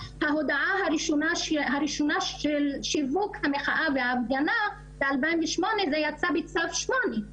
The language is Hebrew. ההודעה הראשונה של שיווק המחאה וההפגנה ב-2008 זה יצא בצו 8,